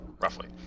roughly